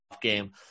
game